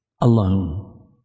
alone